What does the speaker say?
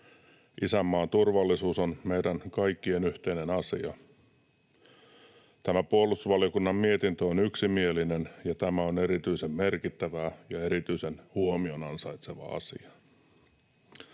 Isänmaan turvallisuus on meidän kaikkien yhteinen asia. Tämä puolustusvaliokunnan mietintö on yksimielinen, ja tämä on erityisen merkittävä ja erityisen huomion ansaitseva asia.